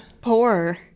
poor